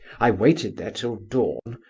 i waited there till dawn,